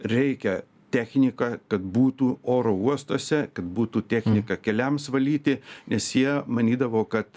reikia technika kad būtų oro uostuose kad būtų technika keliams valyti nes jie manydavo kad